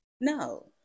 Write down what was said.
No